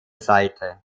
seite